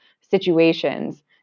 situations